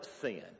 sin